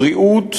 בבריאות,